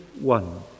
one